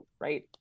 right